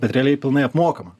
realiai pilnai apmokama